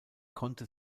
konnte